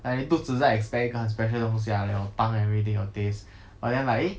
like 你肚子在 expect 一个很 special 的东西了 like your tongue everything your taste but then like eh